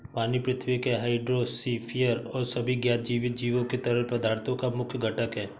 पानी पृथ्वी के हाइड्रोस्फीयर और सभी ज्ञात जीवित जीवों के तरल पदार्थों का मुख्य घटक है